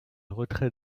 retrait